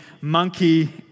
monkey